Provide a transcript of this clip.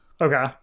Okay